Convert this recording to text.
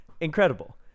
Incredible